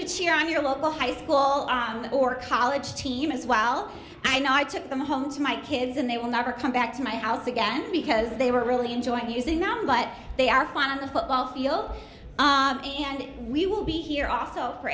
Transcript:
to cheer on your local high school on or college team as well i know i took them home to my kids and they will never come back to my house again because they were really enjoying using number but they are fine on the football field and we will be here